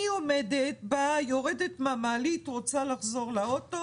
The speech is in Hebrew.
אני יורדת מן המעלית, רוצה לחזור לאוטו